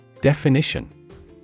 Definition